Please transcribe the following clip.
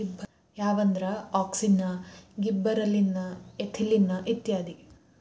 ಯಾವಂದ್ರ auxin, gibberellin, ethylene ಇತ್ಯಾದಿ